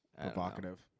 Provocative